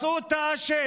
מצאו את האשם.